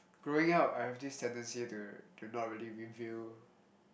growing up I have this tendency to to not really reveal